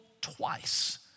twice